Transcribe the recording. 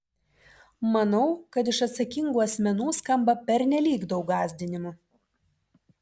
manau kad iš atsakingų asmenų skamba pernelyg daug gąsdinimų